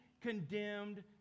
condemned